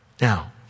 Now